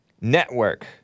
Network